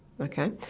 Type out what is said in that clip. Okay